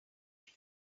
feed